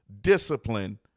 discipline